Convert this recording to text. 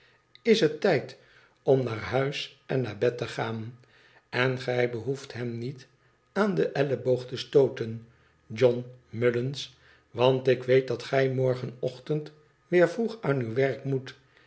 is het tijd om naar huis en naar bed te gaan n gij behoeft hem niet aan den elleboog te stooten john mullins want ik weet dat gij morgenochtend weer vroeg aan uw werk moet